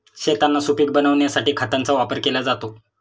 शेतांना सुपीक बनविण्यासाठी खतांचा वापर केला जातो